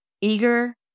eager